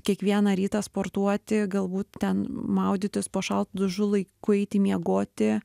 kiekvieną rytą sportuoti galbūt ten maudytis po šaltu dušu laiku eiti miegoti